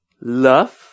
love